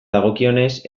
dagokionez